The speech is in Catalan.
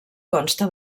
consta